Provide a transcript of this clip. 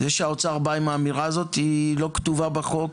זה שהאוצר בא עם האמירה הזאת, היא לא כתובה בחוק